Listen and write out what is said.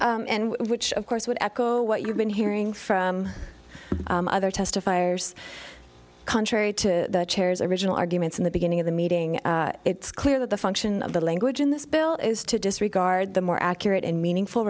one which of course would echo what you've been hearing from other testifiers contrary to chairs original arguments in the beginning of the meeting it's clear that the function of the language in this bill is to disregard the more accurate and meaningful